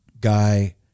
guy